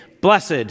blessed